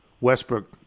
Westbrook